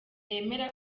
yemera